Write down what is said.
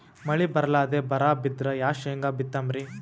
ಮಳಿ ಬರ್ಲಾದೆ ಬರಾ ಬಿದ್ರ ಯಾ ಶೇಂಗಾ ಬಿತ್ತಮ್ರೀ?